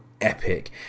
epic